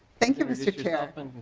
thank you mr. chair.